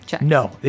No